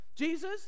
Jesus